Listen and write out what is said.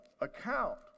account